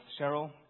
Cheryl